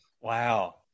wow